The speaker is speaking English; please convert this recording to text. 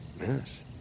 Yes